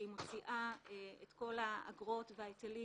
שהיא מוציאה את כל האגרות וההיטלים